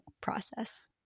process